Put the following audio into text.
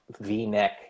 v-neck